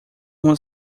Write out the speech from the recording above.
uma